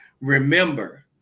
remember